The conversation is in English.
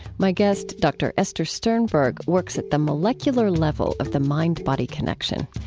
my guest, dr. esther sternberg, works at the molecular level of the mind-body connection.